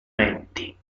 menti